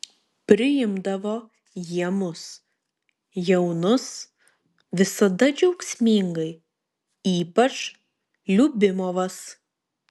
priimdavo jie mus jaunus visada džiaugsmingai ypač liubimovas